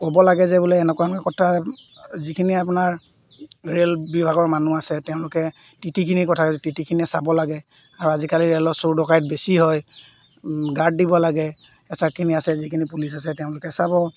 ক'ব লাগে যে বোলে এনেকুৱা এনেকুৱা কথা যিখিনি আপোনাৰ ৰে'ল বিভাগৰ মানুহ আছে তেওঁলোকে টিটিখিনিৰ কথা টিটিখিনিয়ে চাব লাগে আৰু আজিকালি ৰে'লৰ চোৰ ডকাইত বেছি হয় গাৰ্ড দিব লাগে এচাকখিনি আছে যিখিনি পুলিচ আছে তেওঁলোকে চাব